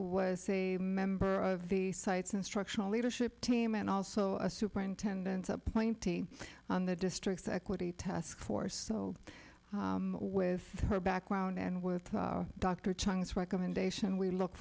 was a member of the site's instructional leadership team and also a superintendent's appointee on the district's equity task force so with her background and with dr chung's recommendation we look